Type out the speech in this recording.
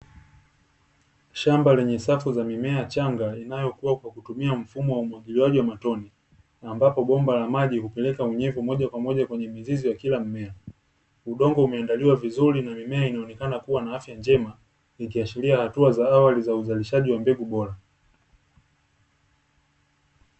Shamba lenye safu za mimea changa inayokua kwa kutumia mfumo wa umwagiliaji wa matone, na ambapo bomba la maji hupeleka unyevu moja kwa moja kwemnye mizizi ya kila mmea. Udongo umeandaliwa vizuri na mimea inaonekana kuwa na afya njema, ikiashiria hatua za awali za uzalishaji wa mbegu bora.